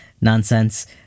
nonsense